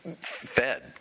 fed